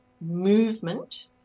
movement